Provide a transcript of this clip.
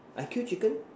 I kill chicken